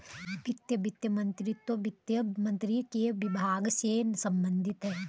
वित्त मंत्रीत्व वित्त मंत्री के विभाग से संबंधित है